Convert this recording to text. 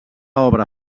obra